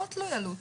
לא תלוי עלות.